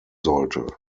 sollte